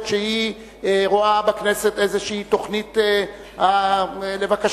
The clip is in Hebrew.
שהיא רואה בכנסת איזו תוכנית כבקשתך,